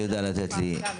זה רחוק מדי.